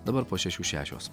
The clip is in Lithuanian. dabar po šešių šešios